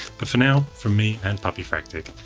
but, for now, for me and puppyfractic,